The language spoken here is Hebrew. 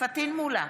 פטין מולא,